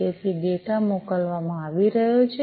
તેથી ડેટા મોકલવામાં આવી રહ્યો છે